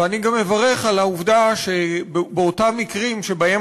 ואני גם מברך על העובדה שבאותם מקרים שבהם